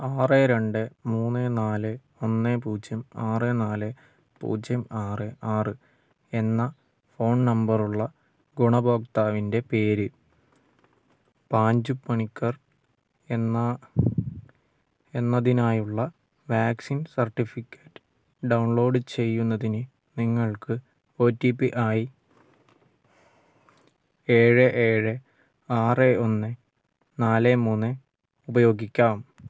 ആറ് രണ്ട് മൂന്ന് നാല് ഒന്ന് പൂജ്യം ആറ് നാല് പൂജ്യം ആറ് ആറ് എന്ന ഫോൺ നമ്പറുള്ള ഗുണഭോക്താവിൻ്റെ പേര് പാഞ്ചു പണിക്കർ എന്ന എന്നതിനായുള്ള വാക്സിൻ സർട്ടിഫിക്കറ്റ് ഡൗൺലോഡ് ചെയ്യുന്നതിന് നിങ്ങൾക്ക് ഒ ടി പി ആയി ഏഴ് ഏഴ് ആറ് ഒന്ന് നാല് മൂന്ന് ഉപയോഗിക്കാം